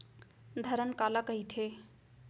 धरण काला कहिथे?